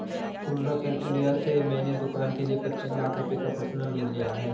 Fullerton India से मैंने दूकान के लिए पचीस लाख रुपये का पर्सनल लोन लिया है